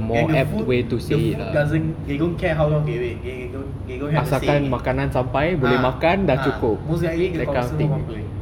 then the food the food doesn't they don't care how long they wait they don't have a say in it ah ah most to most the customer complain